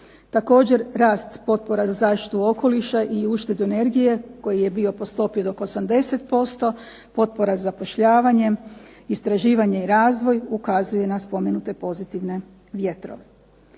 Također, rast potpora za zaštitu okoliša i uštedu energije koji je bio po stopi do 80% potpora zapošljavanjem, istraživanje i razvoj ukazuje na spomenute pozitivne vjetrove.